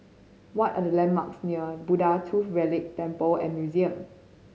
what are the landmarks near Buddha Tooth Relic Temple and Museum